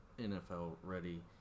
NFL-ready